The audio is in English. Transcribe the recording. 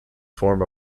form